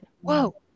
whoa